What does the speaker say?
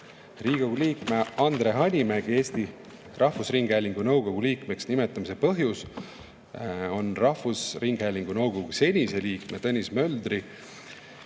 liikme Andre Hanimägi Eesti Rahvusringhäälingu nõukogu liikmeks nimetamise põhjus on rahvusringhäälingu nõukogu senise liikme Tõnis Möldri